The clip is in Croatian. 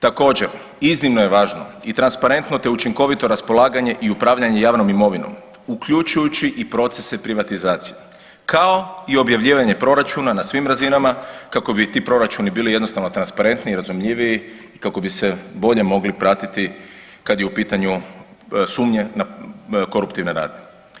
Također iznimno je važno i transparentno, te učinkovito raspolaganje i upravljanje javnom imovinom uključujući i procese privatizacije, kao i objavljivanje proračuna na svim razinama kako bi ti proračuni bili jednostavno transparentniji i razumljiviji i kako bi se bolje mogli pratiti kad je u pitanju sumnje na koruptivne radnje.